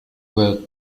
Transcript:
well